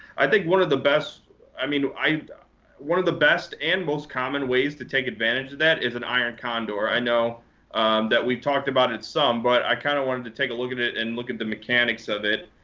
i think one of the best i mean, and one of the best and most common ways to take advantage of that is an iron condor. i know that we've talked about it some, but i kind of wanted to take a look at it and look at the mechanics of it.